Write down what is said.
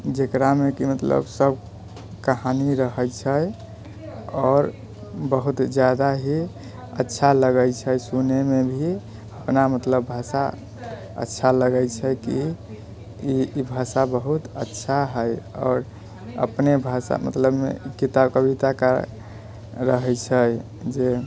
जकरामे कि मतलब सभ कहानी रहै छै आओर बहुत जादा ही अच्छा लगै छै सुनैमे भी अपना मतलब भाषा अच्छा लगै छै कि ई ई भाषा बहुत अच्छा हैय आओर अपने भाषा मतलबमे किताब कविता का रहै छै जे